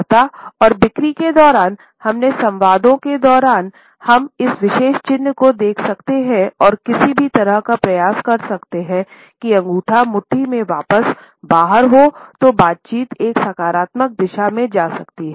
वार्ता और बिक्री के दौरान हमारे संवादों के दौरान हम इस विशेष चिन्ह को देख सकते हैं और किसी भी तरह का प्रयास कर सकते हैं कि अंगूठा मुट्ठी से वापस बाहर हो तो बातचीत एक सकारात्मक दिशा में जा सकती हैं